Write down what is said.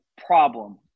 problem